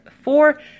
four